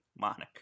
moniker